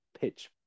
pitch